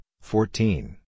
fourteen